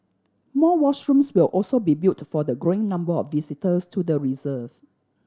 more washrooms will also be built for the growing number of visitors to the reserve